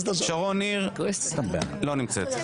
שרון ניר לא נמצאת,